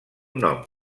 nom